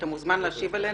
אתה מוזמן להשיב עליהן.